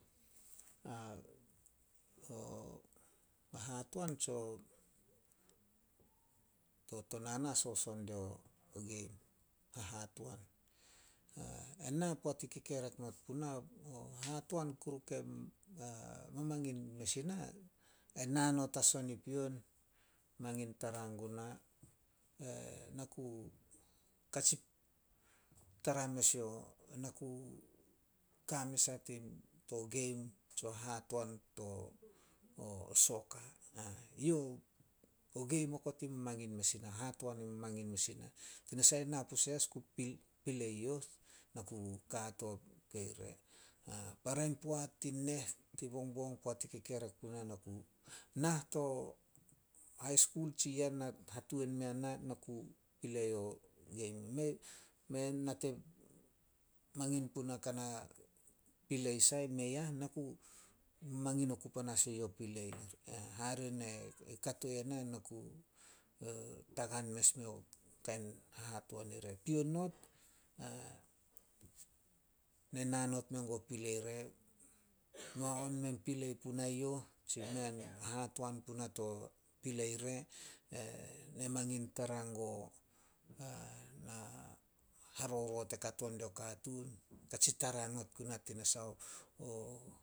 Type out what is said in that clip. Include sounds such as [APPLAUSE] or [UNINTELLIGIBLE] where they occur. [HESITATION] O hahatoan tsio to tonana, soson dio game, hahatoan. [HESITATION] Ena poat i kekerk not puna, o hahatoan kuru kei [HESITATION] mamangin mes ina, ai nao not as on i pion, mangin tara guna, [UNINTELLIGIBLE] to game tsio hahatoan to [HESITATION] soka. [HESITATION] Yo [UNINTELLIGIBLE] hahatoan i mamangin mes ina. Tanasah ena pose as ku pil- pilei youh. Na ku ka a to kei re. [HESITATION] Para in poat tin neh, tin bongbong poat i kekerek puna, na ku nah to hai skul tsi yah hatuan mea na, na ku pilei yo game. [UNINTELLIGIBLE] [UNINTELLIGIBLE] Mangin puna kana pilei sai, mei ah. Na ku mangin oku panas yo pilei ih. [NOISE] Hare ne katoi na ai na ku tagan mes me yo kain hahatoan ire. Pion not, [HESITATION] ne na not menguo pilei re, [NOISE] noa on mei pilei punai youh, [NOISE] hahatoan puna to pilei re. [HESITATION] Ne mangin tara guo [HESITATION] haroroot e kato dio katuun, katsi tara not guna tanasah o